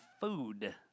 food